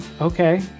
Okay